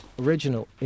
original